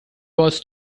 was